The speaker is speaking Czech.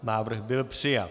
Návrh byl přijat.